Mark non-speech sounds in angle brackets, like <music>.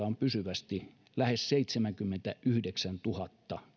<unintelligible> on pysyvästi työelämän ulkopuolella lähes seitsemännenkymmenennenyhdeksännentuhannennen